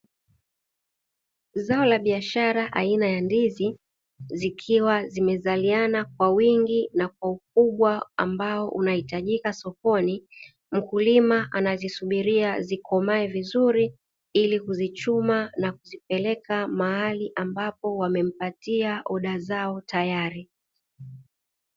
Zao la biashara aina ya ndizi zikiwa zimezaliana kwa wingi na kwa ukubwa ambao unahitajika sokoni, mkulima anazisubiria zikomae vizuri ili kuzichuma na kuzipeleka mahali ambapo wamempatia oda zao tayari.